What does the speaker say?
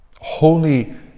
holy